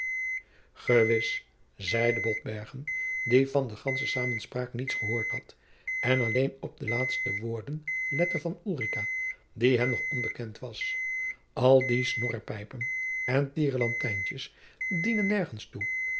gewis zeide botbergen die van de gandsche samenspraak niets gehoord had en alleen op de laatste woorden lette van ulrica die hem nog onbekend was al die snorrepijpen en tirelantijntjens dienen nergens toe